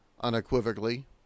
unequivocally